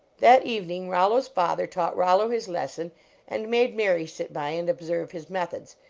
that evening rollo s father taught rollo his lesson and made mary sit by and observe his methods,